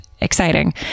exciting